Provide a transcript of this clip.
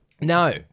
No